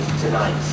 tonight